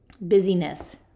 busyness